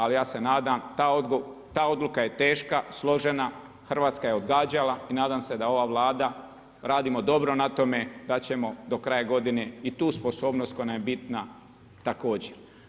Ali ja se nadam, ta odluka je teška, složena, Hrvatska je odgađala i nadam se da ova Vlada radimo dobro na tome da ćemo do kraja godine i tu sposobnost koja nam je bitna također.